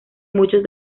muchos